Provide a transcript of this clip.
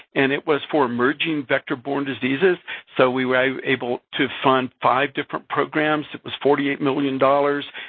and it was for emerging vector-borne diseases. so, we were able to fund five different programs. it was forty eight million dollars,